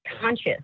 conscious